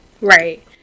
right